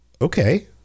Okay